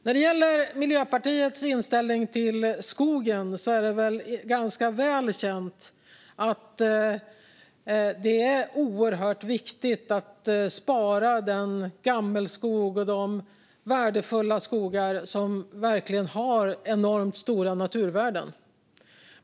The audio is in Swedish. När det gäller Miljöpartiets inställning till skogen är det väl ganska väl känt att det är oerhört viktigt att spara den gammelskog och de värdefulla skogar som verkligen har enormt stora naturvärden.